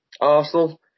Arsenal